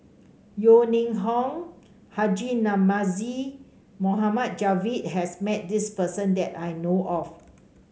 Yeo Ning Hong Haji Namazie Mohd Javad has met this person that I know of